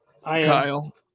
Kyle